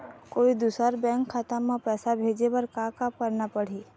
कोई दूसर बैंक खाता म पैसा भेजे बर का का करना पड़ही?